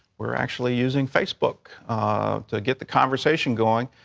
we're actually using facebook to get the conversation going.